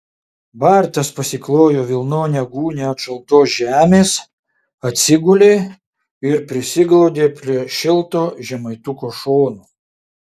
bartas pasiklojo vilnonę gūnią ant šaltos žemės atsigulė ir prisiglaudė prie šilto žemaituko šono